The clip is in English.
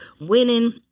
winning